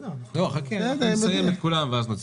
נסיים את כולם ואז נוציא.